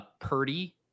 Purdy